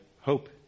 hope